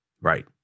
Right